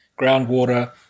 groundwater